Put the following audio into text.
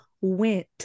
went